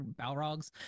balrogs